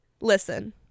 Listen